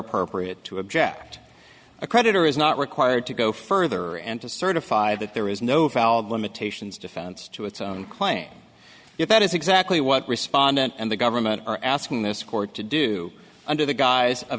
appropriate to object a creditor is not required to go further and to certify that there is no valid limitations defense to its own claim if that is exactly what respondent and the government are asking this court to do under the guise of